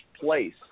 place